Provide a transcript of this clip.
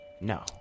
No